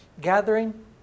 gathering